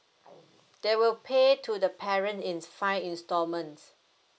they will pay to the parent in five instalment